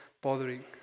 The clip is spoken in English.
bothering